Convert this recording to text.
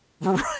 Right